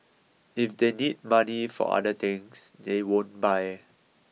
if they need money for other things they won't buy